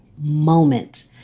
moment